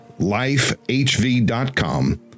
lifehv.com